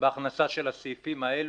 בהכנסה של הסעיפים האלו,